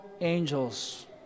angels